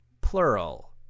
Plural